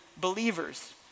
Believers